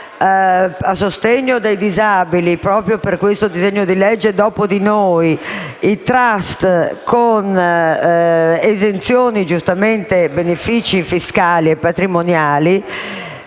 a sostegno dei disabili, per questo disegno di legge "dopo di noi", il *trust* con esenzioni e benefici fiscali e patrimoniali,